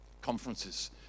conferences